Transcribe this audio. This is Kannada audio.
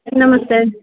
ನಮಸ್ತೆ